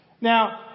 Now